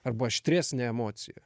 arba aštresnė emocija